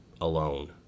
alone